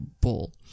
bull